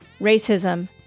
racism